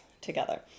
together